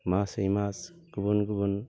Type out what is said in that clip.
मासै मास गुबुन गुबुन